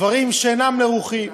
דברים שאינם לרוחי.